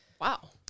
Wow